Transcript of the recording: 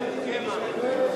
אין פיקוח.